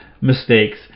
Mistakes